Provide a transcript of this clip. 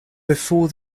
before